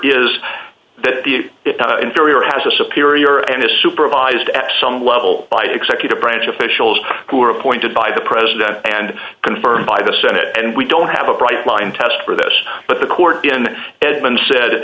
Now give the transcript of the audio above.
is that the inferior has disappeared here and is supervised at some level by the executive branch officials who are appointed by the president and confirmed by the senate and we don't have a bright line test for this but the court in edmond